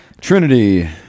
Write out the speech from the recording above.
Trinity